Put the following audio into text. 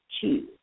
two